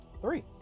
Three